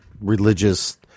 religious